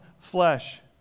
flesh